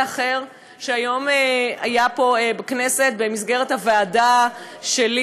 אחר שהיום היה פה בכנסת במסגרת הוועדה שלי,